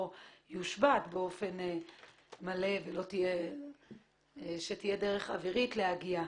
יושבת באופן מלא ותהיה דרך אווירית להגיע.